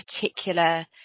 particular